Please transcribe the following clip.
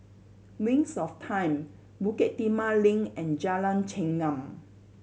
Wings of Time Bukit Timah Link and Jalan Chengam